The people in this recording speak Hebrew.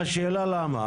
השאלה למה.